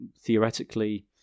theoretically